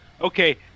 Okay